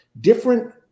different